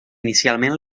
inicialment